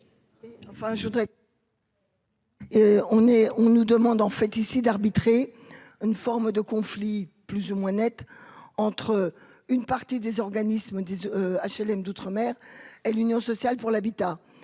on nous demande en fait ici d'arbitrer une forme de conflits plus ou moins nette entre une partie des organismes HLM d'outre-mer L Union sociale pour l'habitat,